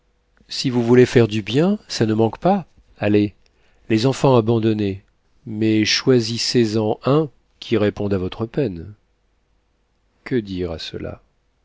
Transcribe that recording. si vous voulez faire du bien ça ne manque pas allez les enfants abandonnés mais choisissez en un qui réponde à votre peine que dire